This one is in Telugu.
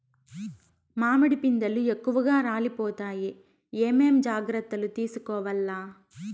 మామిడి పిందెలు ఎక్కువగా రాలిపోతాయి ఏమేం జాగ్రత్తలు తీసుకోవల్ల?